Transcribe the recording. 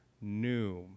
new